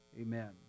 amen